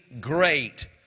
great